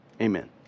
Amen